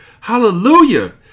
Hallelujah